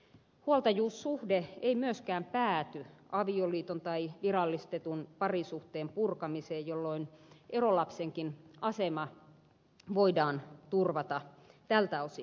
huoltajuussuhde ei myöskään pääty avioliiton tai virallistetun parisuhteen purkamiseen jolloin erolapsenkin asema voidaan turvata tältä osin